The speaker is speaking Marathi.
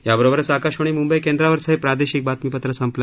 याबरोबरच आकाशवाणी मुंबई केंद्रावरचं हे प्रादेशिक बातमीपत्र संपलं